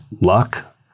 luck